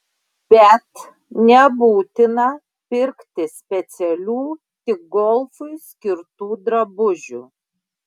bet nebūtina pirkti specialių tik golfui skirtų drabužių